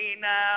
now